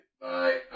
Bye